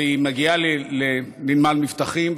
והיא מגיעה לנמל מבטחים,